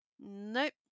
Nope